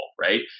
right